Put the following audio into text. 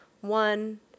One